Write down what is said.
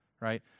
right